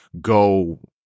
go